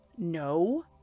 No